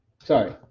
Sorry